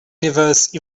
universe